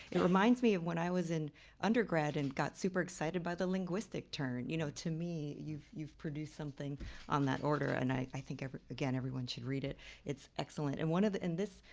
it reminds me of when i was in undergrad and got super excited by the linguistic turn. you know to me you've you've produced something on that order and i think again everyone should read it it's excellent. and one of the. and this.